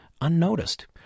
unnoticed